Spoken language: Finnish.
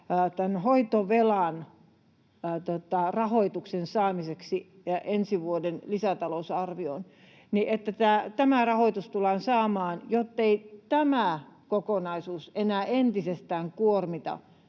hoitovelan rahoituksen saamiseksi ensi vuoden lisätalousarvioon, tämä rahoitus tullaan saamaan, jottei tämä kokonaisuus enää entisestään kuormita